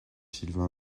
sylvain